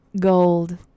Gold